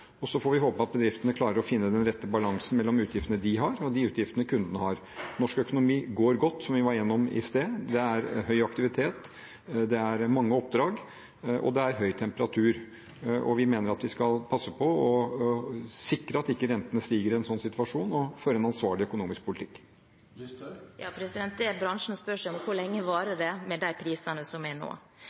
Så får vi håpe at bedriftene klarer å finne den rette balansen mellom utgiftene de har, og de utgiftene kundene har. Norsk økonomi går godt, som vi var gjennom i sted. Det er høy aktivitet. Det er mange oppdrag, og det er høy temperatur. Vi mener at vi skal passe på og sikre at renten ikke stiger i en sånn situasjon, og føre en ansvarlig økonomisk politikk. Sylvi Listhaug – til oppfølgingsspørsmål. Det bransjen spør seg om, er: Hvor lenge varer det med de prisene som er nå?